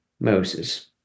Moses